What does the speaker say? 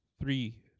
three